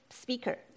speaker